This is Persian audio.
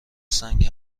سنگ